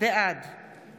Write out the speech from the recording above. בעד